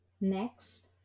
Next